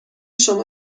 شما